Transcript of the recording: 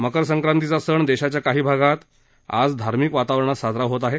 मकर संक्रांतीचा सण देशाच्या काही भागात आत धार्मिक वातावरणात साजरा होत आहे